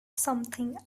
something